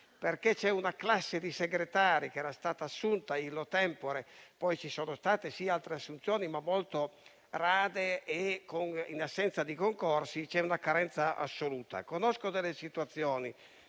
perché c'è una classe di segretari che era stata assunta *illo tempore,* e poi ci sono state altre assunzioni ma molto rade e, in assenza di concorsi, la carenza è assoluta. Conosco delle situazioni